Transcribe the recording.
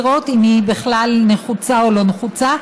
לראות אם היא בכלל נחוצה או לא נחוצה,